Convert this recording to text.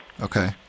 Okay